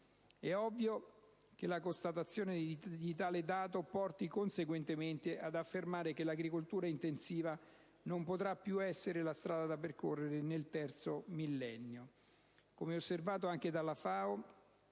È ovvio che la constatazione di tale dato porti conseguentemente ad affermare che l'agricoltura intensiva non potrà più essere la strada da percorrere nel terzo millennio. Come osservato anche dalla FAO,